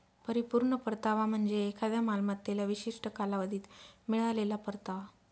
परिपूर्ण परतावा म्हणजे एखाद्या मालमत्तेला विशिष्ट कालावधीत मिळालेला परतावा